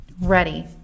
ready